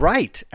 Right